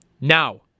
Now